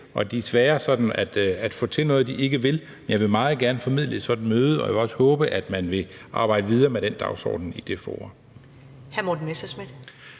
og de er svære sådan at få til noget, de ikke vil. Men jeg vil meget gerne formidle et sådant møde, og jeg vil også håbe, at man vil arbejde videre med den dagsorden i det forum.